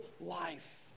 life